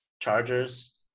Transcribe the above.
Chargers